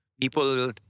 people